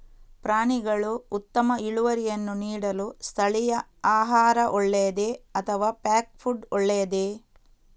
ಪ್ರಾಣಿಗಳು ಉತ್ತಮ ಇಳುವರಿಯನ್ನು ನೀಡಲು ಸ್ಥಳೀಯ ಆಹಾರ ಒಳ್ಳೆಯದೇ ಅಥವಾ ಪ್ಯಾಕ್ ಫುಡ್ ಒಳ್ಳೆಯದೇ?